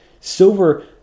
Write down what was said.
Silver